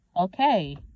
Okay